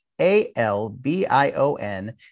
A-L-B-I-O-N